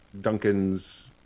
Duncan's